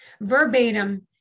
verbatim